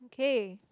okay